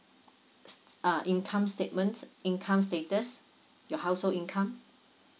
s~ uh income statements income status your household income